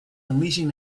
unleashing